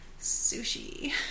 Sushi